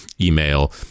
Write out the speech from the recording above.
email